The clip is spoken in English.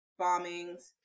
bombings